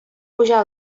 pujar